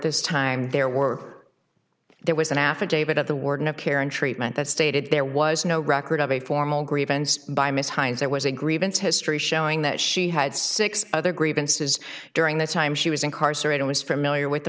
this time there were there was an affidavit at the warden of care and treatment that stated there was no record of a formal grievance by ms hines there was a grievance history showing that she had six other grievances during the time she was incarcerated was familiar with the